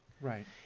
right